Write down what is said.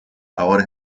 ahora